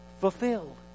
fulfilled